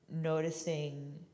noticing